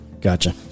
Gotcha